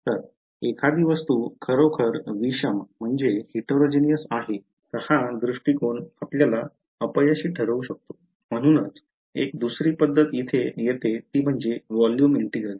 तर एखादी वस्तू खरोखर विषम आहे तर हा दृष्टिकोन आपल्याला अपयशी ठरू शकतो आणि म्हणूनच एक दुसरी पद्धत इथे येते ती म्हणजे वोल्युम इंटिग्रल